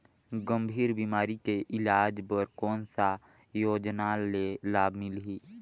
गंभीर बीमारी के इलाज बर कौन सा योजना ले लाभ मिलही?